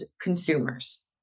consumers